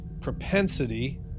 propensity